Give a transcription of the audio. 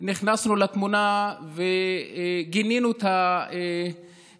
נכנסנו לתמונה וגינינו את האירוע,